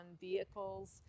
vehicles